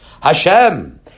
Hashem